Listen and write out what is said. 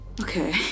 Okay